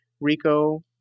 Rico